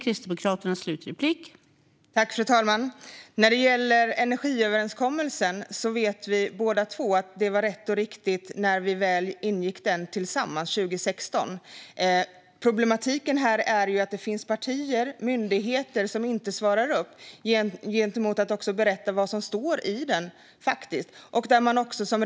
Fru talman! När det gäller energiöverenskommelsen vet både Helene Hellmark Knutsson och jag att den var rätt och riktig när vi ingick den tillsammans 2016. Problematiken här är ju att det finns partier och myndigheter som inte svarar upp när det gäller att berätta vad som faktiskt står i den.